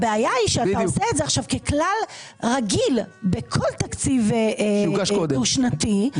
הבעיה היא שאתה עושה את זה עכשיו ככלל רגיל בכל תקציב דו שנתי.